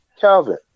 Calvin